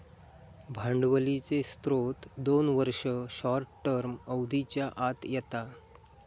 भांडवलीचे स्त्रोत दोन वर्ष, शॉर्ट टर्म अवधीच्या आत येता